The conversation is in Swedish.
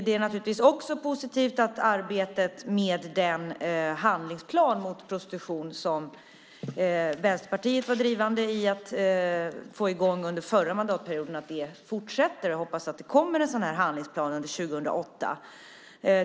Det är naturligtvis också positivt att arbetet med den handlingsplan mot prostitution som Vänsterpartiet var drivande i att få i gång under förra mandatperioden fortsätter. Jag hoppas att det kommer en sådan handlingsplan under 2008.